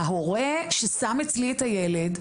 ההורה ששם אצלי את הילד ,